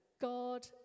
God